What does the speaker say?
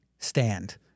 stand